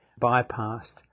bypassed